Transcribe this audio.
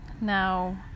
now